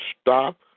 stop